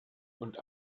und